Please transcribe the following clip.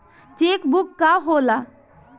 Check book का होला?